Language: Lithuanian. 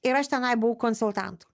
ir aš tenai buvau konsultantu